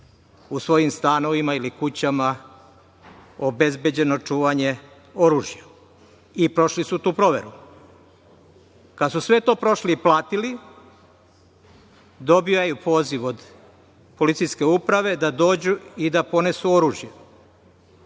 u svojim stanovima ili kućama obezbeđeno čuvanje oružja i prošli su tu proveru? Kada su sve to prošli i platili, dobijaju poziv od policijske uprave da dođu i ponesu oružje.